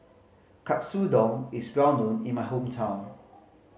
katsudon is well known in my hometown